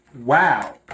wow